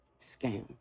scam